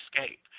escape